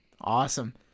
Awesome